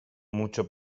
mucho